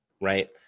Right